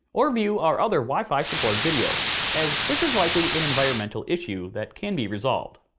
or view our other wi-fi support videos, as this is likely an environmental issue that can be resolved.